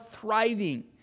thriving